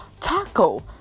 Taco